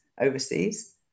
overseas